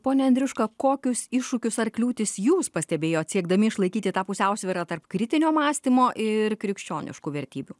pone andriuška kokius iššūkius ar kliūtis jūs pastebėjot siekdami išlaikyti tą pusiausvyrą tarp kritinio mąstymo ir krikščioniškų vertybių